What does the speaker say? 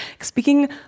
Speaking